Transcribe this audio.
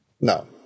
No